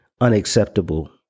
unacceptable